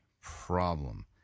problem